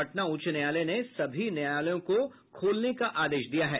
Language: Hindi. पटना उच्च न्यायालय ने सभी न्यायालयों को खोलने का आदेश दिया है